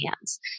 hands